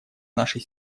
нашей